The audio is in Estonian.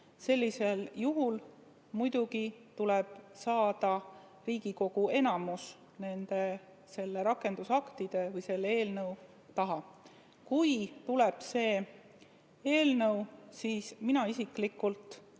Sellisel juhul muidugi tuleb saada Riigikogu enamus rakendusaktide või selle eelnõu taha. Kui tuleb see eelnõu, siis mina isiklikult